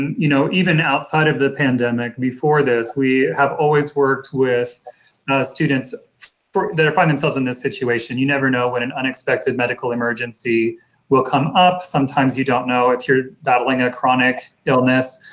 you know, even outside of the pandemic, before this we have always worked with students that find themselves in this situation. you never know when an unexpected medical emergency will come up. sometimes you don't know if you're battling a chronic illness,